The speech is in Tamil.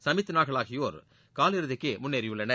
சுமித்நாகல் ஆகியோர் கால் இறுதிக்கு முன்னேறியுள்ளனர்